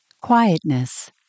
quietness